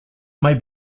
may